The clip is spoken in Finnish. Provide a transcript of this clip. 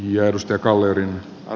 jeesusta galleria on